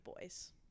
boys